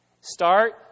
Start